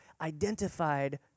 identified